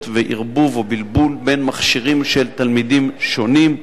וערבוב או בלבול בין מכשירים של תלמידים שונים,